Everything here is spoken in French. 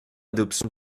adoption